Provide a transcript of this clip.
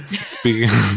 Speaking